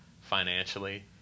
financially